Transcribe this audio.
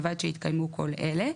ובלבד שהתקיימו כל אלה: